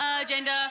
agenda